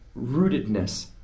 rootedness